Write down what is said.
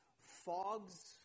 fogs